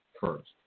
first